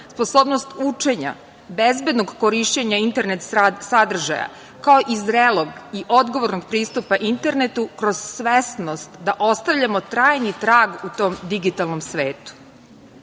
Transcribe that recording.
sposobnost učenja, bezbednog korišćenja internet sadržaja, kao i zrelog i odgovornog pristupa internetu, kroz svesnost da ostavljamo trajni trag u tom digitalnom svetu. Zbog